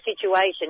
situation